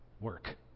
work